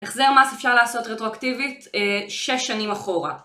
החזר מס אפשר לעשות רטרואקטיבית שש שנים אחורה